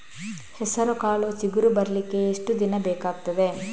ಹೆಸರುಕಾಳು ಚಿಗುರು ಬರ್ಲಿಕ್ಕೆ ಎಷ್ಟು ದಿನ ಬೇಕಗ್ತಾದೆ?